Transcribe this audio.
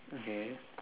okay